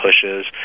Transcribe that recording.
pushes